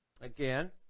again